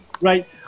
Right